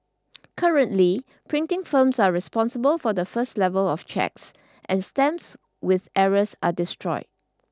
currently printing firms are responsible for the first level of checks and stamps with errors are destroyed